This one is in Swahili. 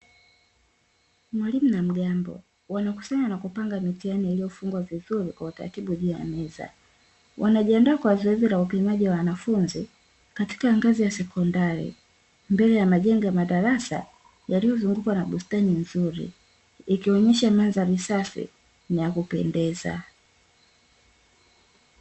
Mwalimu na mgambo wanakusanya na kupanga mitihani iliyofungwa vizuri kwa utaratibu juu ya meza, wanajiandaa kwa zoezi la upimaji wa wanafunzi katika ngazi ya sekondari mbele ya majengo ya madarasa yaliyozungukwa na bustani nzuri ikionyesha mandhari safi na ya kupendeza.